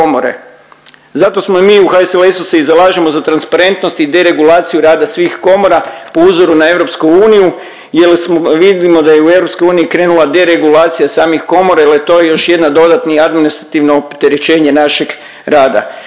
Zato smo mi u HSLS-u se zalažemo za transparentnost i deregulaciju rada svih komora, po uzoru na EU, jer vidimo da je u EU krenula deregulacija samih komora jer je to još jedna dodatni administrativno opterećenje našeg rada.